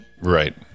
right